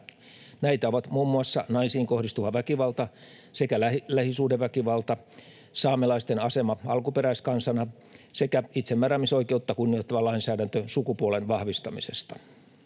Näitä ovat muun muassa naisiin kohdistuva väkivalta sekä lähisuhdeväkivalta, saamelaisten asema alkuperäiskansana sekä itsemääräämisoikeutta kunnioittava lainsäädäntö sukupuolen vahvistamisesta.